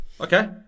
Okay